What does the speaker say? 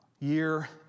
year